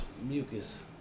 mucus